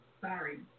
Sorry